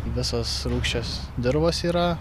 visos rūgščios dirvos yra